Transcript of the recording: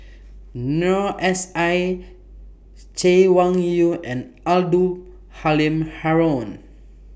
Noor S I Chay Weng Yew and Abdul Halim Haron